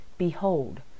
Behold